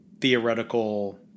theoretical